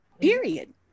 period